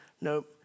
Nope